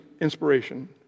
inspiration